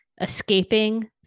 Escaping